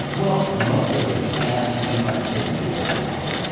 well, most of the canned humour didn't do very well.